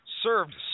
Served